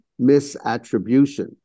misattribution